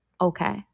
Okay